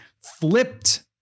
flipped